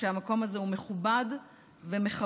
שהמקום הזה הוא מכובד ומכבד.